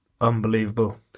unbelievable